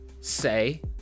say